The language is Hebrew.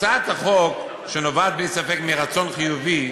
הצעת החוק, שנובעת בלי ספק מרצון חיובי,